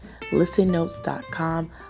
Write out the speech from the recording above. ListenNotes.com